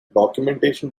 documentation